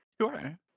Sure